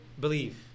believe